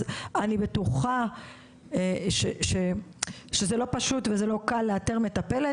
אז אני בטוחה שזה לא פשוט וזה לא קל לאתר מטפלת,